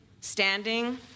standing